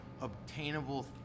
obtainable